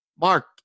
Mark